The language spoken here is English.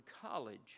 college